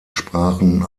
sprachen